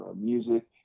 music